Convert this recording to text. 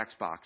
Xbox